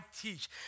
teach